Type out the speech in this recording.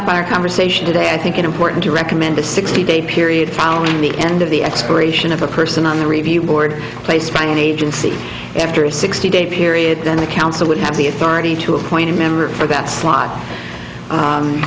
up our conversation today i think it important to recommend a sixty day period following the end of the expiration of a person on the review board placed by an agency after a sixty day period then the council would have the authority to appoint a member for